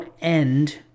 end